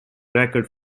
record